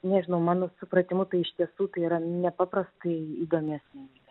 nežinau mano supratimu tai iš tiesų tai yra nepaprastai įdomi asmenybė